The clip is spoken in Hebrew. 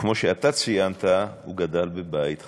וכמו שאתה ציינת, הוא גדל בבית חרדי,